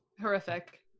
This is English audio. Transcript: Horrific